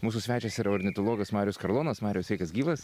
mūsų svečias yra ornitologas marius karlonas mariau sveikas gyvas